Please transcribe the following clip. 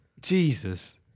Jesus